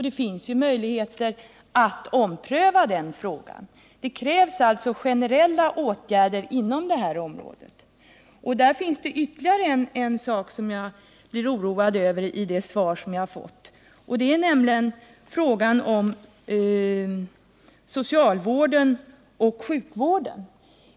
Det finns ju möjligheter att ompröva frågan, eftersom det krävs generella åtgärder inom detta område. I svaret jag fått ingår ytterligare en sak som jag blir oroad över. Det är frågan om socialvården och sjukvården.